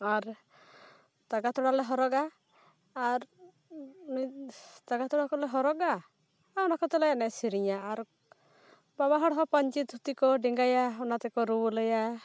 ᱟᱨ ᱛᱟᱠᱟ ᱛᱚᱲᱟᱞᱮ ᱦᱚᱨᱚᱜᱟ ᱟᱨ ᱛᱟᱠᱟ ᱛᱚᱲᱟ ᱠᱚᱞᱮ ᱦᱚᱨᱚᱜᱟ ᱟᱨ ᱚᱱᱟ ᱠᱚᱛᱮᱞᱮ ᱮᱱᱮᱡ ᱥᱮᱨᱮᱧᱟ ᱟᱨ ᱵᱟᱵᱟ ᱦᱚᱲ ᱦᱚᱸ ᱯᱟᱹᱧᱪᱤ ᱫᱷᱩᱛᱤ ᱠᱚ ᱰᱮᱸᱜᱟᱭᱟ ᱚᱱᱟ ᱛᱮᱠᱚ ᱨᱩᱣᱟᱞᱮᱭᱟ